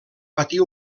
patir